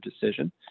decision